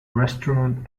restaurant